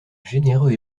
généreux